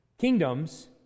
kingdoms